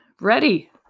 ready